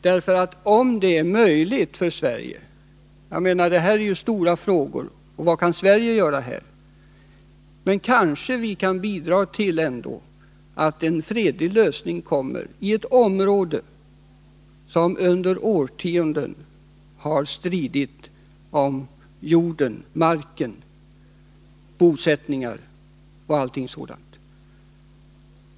Visserligen rör det sig om stora frågor, men kanske vi ändå kan bidra till en fredlig lösning i ett område, där man under årtionden har stridit om jorden, marken, bosättningar etc.